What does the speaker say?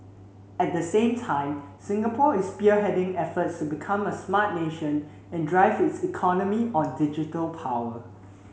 at the same time Singapore is spearheading efforts to become a smart nation and drive its economy on digital power